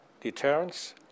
deterrence